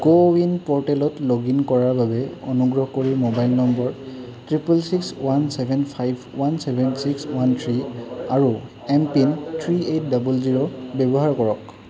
কো win প'ৰ্টেলত log in কৰাৰ বাবে অনুগ্ৰহ কৰি mobile number triple six one seven five one seven six one three আৰু M PIN three eight double zero ব্যৱহাৰ কৰক